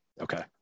Okay